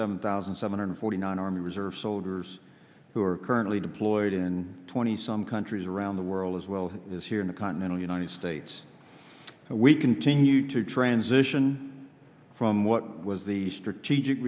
seven thousand seven hundred forty nine our we reserve soldiers who are currently deployed in twenty some countries around the world as well as here in the continental united states so we continue to transition from what was the strategic